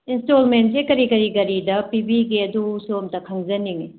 ꯏꯟꯁꯇꯣꯜꯃꯦꯟꯁꯦ ꯀꯔꯤ ꯀꯔꯤ ꯒꯥꯔꯤꯗ ꯄꯤꯕꯤꯒꯦ ꯑꯗꯨꯁꯨ ꯑꯝꯇ ꯈꯪꯖꯅꯤꯡꯏ